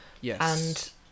Yes